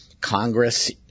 Congress